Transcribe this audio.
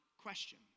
question